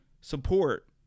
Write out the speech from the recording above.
support